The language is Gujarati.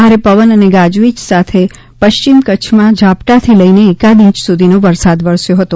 ભારે પવન અને ગાજવીજ સાથે પશ્ચિમ કચ્છમાં ઝાપટાંથી લઇ એકાદ ઇંચ સુધીનો વરસાદ વરસ્યો હતો